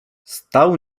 stał